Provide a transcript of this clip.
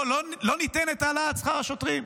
לא ניתן את העלאת שכר השוטרים?